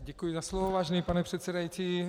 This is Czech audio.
Děkuji za slovo, vážený pane předsedající.